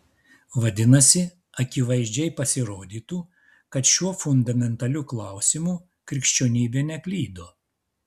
vadinasi akivaizdžiai pasirodytų kad šiuo fundamentaliu klausimu krikščionybė neklydo